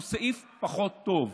הוא סעיף פחות טוב,